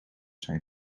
zijn